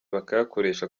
bakayakoresha